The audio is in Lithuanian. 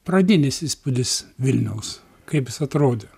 pradinis įspūdis vilniaus kaip jis atrodė